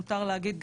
ומותר להגיד,